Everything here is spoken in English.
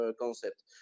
concept